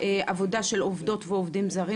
עבודה של עובדות ועובדים זרים,